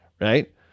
right